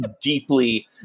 deeply